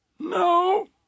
No